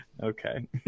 Okay